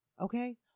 okay